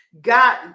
god